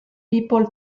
people